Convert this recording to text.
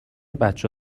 بچه